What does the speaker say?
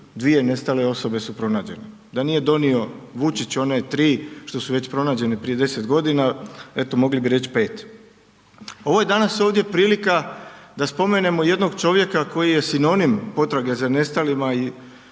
2 nestale osobe su pronađene. Da nije donio Vučić one 3 što su već pronađene prije 10 godina, eto, mogli bi reći 5. Ovo je danas ovdje prilika da spomenemo jednog čovjeka koji je sinonim potrage za nastalima i